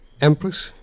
Empress